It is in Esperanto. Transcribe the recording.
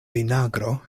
vinagro